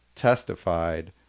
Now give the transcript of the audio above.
Testified